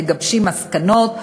מגבשים מסקנות,